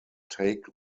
take